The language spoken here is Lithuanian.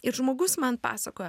ir žmogus man pasakoja